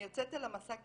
אני יוצאת על המסע כאימא,